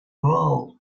world